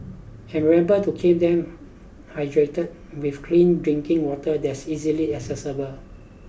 and remember to keep them hydrated with clean drinking water that's easily accessible